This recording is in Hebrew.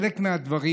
כחלק מהדברים,